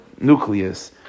nucleus